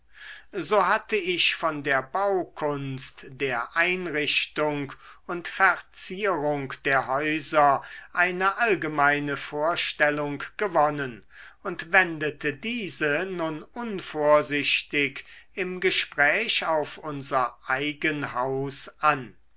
so hatte ich von der baukunst der einrichtung und verzierung der häuser eine allgemeine vorstellung gewonnen und wendete diese nun unvorsichtig im gespräch auf unser eigen haus an